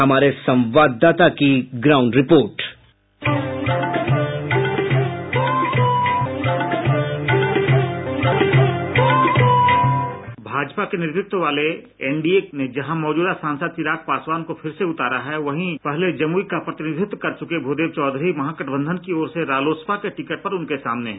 हमारे संवाददाता की ground report sound bite Jamui संवाददाता भाजपा के नेतृत्व वाले एनडीए ने जहां मौजूदा सांसद चिराग पासवान को फिर से उतारा है वहीं पहले जमुई के प्रतिनिधित्व कर चुके भूदेव चौधरी महागठबंधन की ओर से रालोसपा के टिकट पर उनके सामने हैं